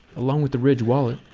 along with the ridge wallet.